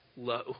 low